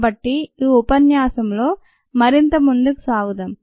కాబట్టి ఈ ఉపన్యాసంలో మరింత ముందుకు సాగుదాం